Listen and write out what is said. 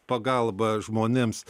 pagalba žmonėms